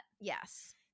Yes